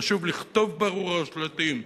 חשוב לכתוב ברור על שלטים.